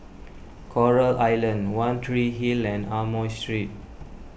Coral Island one Tree Hill and Amoy Street